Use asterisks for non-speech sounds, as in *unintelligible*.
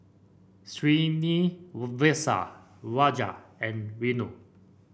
*unintelligible* Rajat and Renu